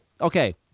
okay